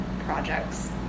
projects